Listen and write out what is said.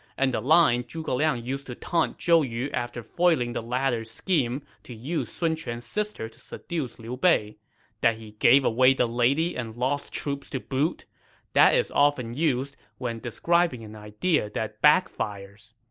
and the line zhuge liang used to taunt zhou yu after foiling the latter's scheme to use sun quan's sister to seduce liu bei that he gave away the lady and lost troops to boot is often used when describing an idea that backfired.